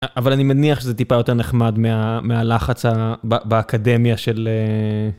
אבל אני מניח זה טיפה יותר נחמד מהלחץ באקדמיה של...